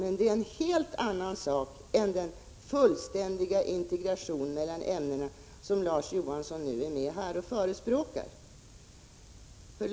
Men det är en helt annan sak än den fullständiga integrationen mellan ämnena, som Larz Johansson nu förespråkar.